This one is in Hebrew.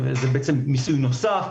וזה בעצם מיסוי נוסף.